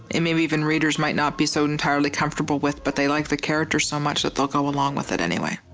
and maybe even readers might not be so entirely comfortable with, but they like the characters so much that they'll go along with it anyway.